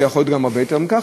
ויכול להיות גם הרבה יותר מכך.